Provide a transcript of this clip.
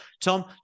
Tom